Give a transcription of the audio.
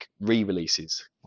re-releases